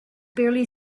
barely